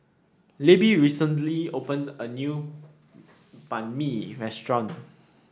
Libbie recently opened a new Banh Mi restaurant